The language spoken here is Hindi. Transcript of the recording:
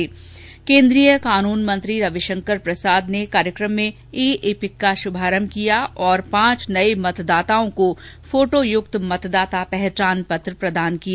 इस मौके पर केन्द्रीय कानून मंत्री रविशंकर प्रसाद ने ई एपिक कार्यक्रम का शुभारंभ किया और पांच नये मतदाताओं को फोटोयुक्त मतदाता पहचान पत्र प्रदान किए